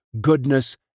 goodness